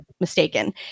mistaken